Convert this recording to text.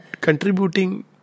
contributing